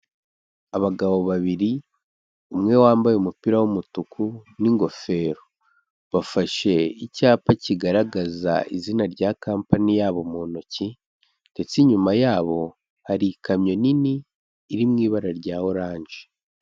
Abagabo babiri umwe wambaye umupira w'umutuku n'ingofero, bafashe icyapa kigaragaza izina rya kampani yabo mu ntoki ndetse inyuma yabo, hari ikamyo nini iri mu ibara rya oranje.